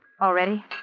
Already